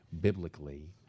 biblically